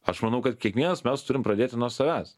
aš manau kad kiekvienas mes turim pradėti nuo savęs